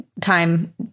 time